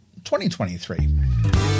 2023